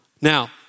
Now